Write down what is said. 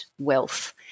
wealth